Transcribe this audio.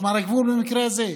משמר הגבול במקרה זה,